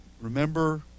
remember